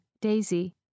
daisy